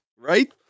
right